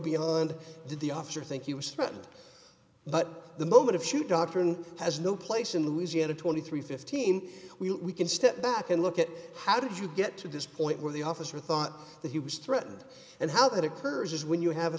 did the officer think he was threatened but the moment of shoot doctrine has no place in louisiana twenty three fifteen we can step back and look at how did you get to this point where the officer thought that he was threatened and how that occurs is when you have